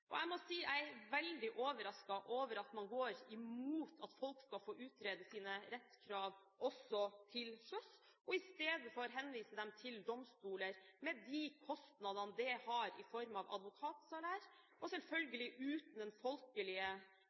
Jeg må si jeg er veldig overrasket over at man går imot at folk skal få utrede sine rettskrav også til sjøs, og i stedet henviser dem til domstoler, med de kostnader det har i form av advokatsalær, og selvfølgelig uten den folkelige,